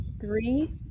three